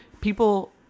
people